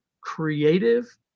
creative